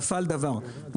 נפל דבר.